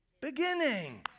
beginning